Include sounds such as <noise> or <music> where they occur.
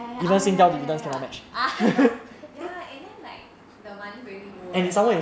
oh ya ya ya ya ya ah <laughs> ya and then like the money really rolls right